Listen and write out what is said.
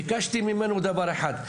ביקשתי ממנו דבר אחד,